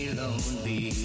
lonely